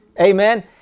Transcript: Amen